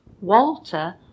Walter